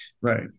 Right